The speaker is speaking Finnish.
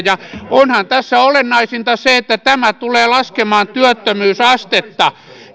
onhan tässä olennaisinta se että tämä tulee laskemaan työttömyysastetta